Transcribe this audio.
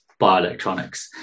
bioelectronics